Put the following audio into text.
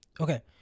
Okay